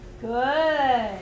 good